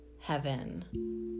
heaven